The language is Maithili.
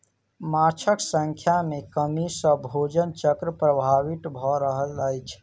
माँछक संख्या में कमी सॅ भोजन चक्र प्रभावित भ रहल अछि